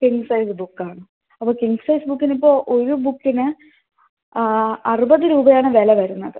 king size ബുക്കാണ് അപ്പം king size ബുക്കിനിപ്പോൾ ഒരു ബുക്കിന് അറുപത് രൂപയാണ് വില വരുന്നത്